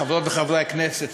חברות וחברי הכנסת,